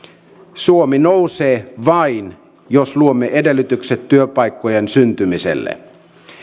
suomi nousee vain jos luomme edellytykset työpaikkojen syntymiselle